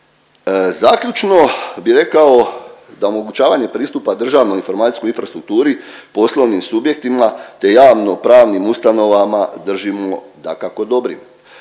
Zaključno bi rekao da omogućavanje pristupa državnoj informacijskoj infrastrukturi poslovnim subjektima, te javnopravnim ustanovama držimo da kako dobri